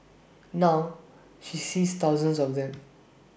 now she sees thousands of them